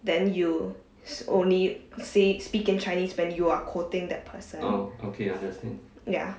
then you only say speak in chinese when you're quoting that person ya